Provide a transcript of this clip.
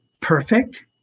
perfect